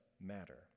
matter